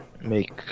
make